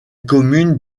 commune